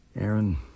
Aaron